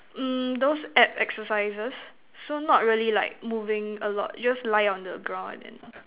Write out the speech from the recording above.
mm those ab exercises so not really like moving a lot just lie on the ground and then